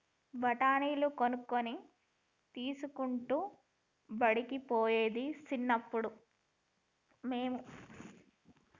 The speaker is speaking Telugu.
బఠాణీలు కొనుక్కొని తినుకుంటా బడికి పోయేది చిన్నప్పుడు మేము